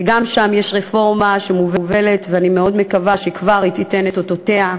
וגם שם יש רפורמה שמובלת ואני מאוד מקווה שהיא כבר תיתן את אותותיה,